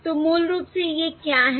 तो मूल रूप से ये क्या हैं